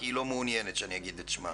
היא לא מעוניינת שאגיד את שמה.